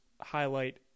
highlight